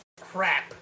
crap